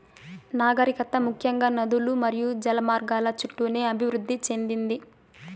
నాగరికత ముఖ్యంగా నదులు మరియు జల మార్గాల చుట్టూనే అభివృద్ది చెందింది